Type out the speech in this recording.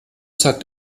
sagt